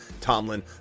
Tomlin